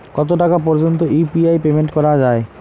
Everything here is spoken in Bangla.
কত টাকা পর্যন্ত ইউ.পি.আই পেমেন্ট করা যায়?